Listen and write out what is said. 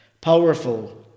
Powerful